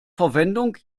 verwendung